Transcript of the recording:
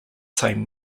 same